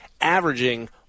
averaging